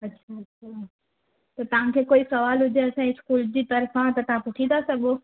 अछा अछा त तव्हांखे कोई सवालु हुजे असांजे स्कूल जे तर्फ़ां त तव्हां पुछी था सघो